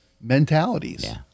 mentalities